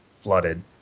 flooded